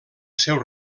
seu